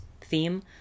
theme